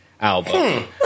album